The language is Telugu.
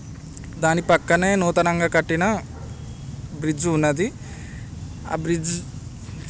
దాని ప్రక్కనే నూతనంగా కట్టిన బ్రిడ్జ్ ఉన్నది ఆ బ్రిడ్జ్